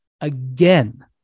again